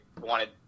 wanted